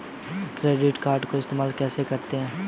Credit card को इस्तेमाल कैसे करते हैं?